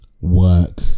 work